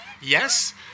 yes